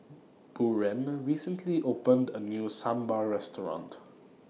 Buren recently opened A New Sambar Restaurant